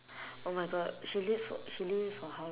oh my god she leave f~ she leave it for how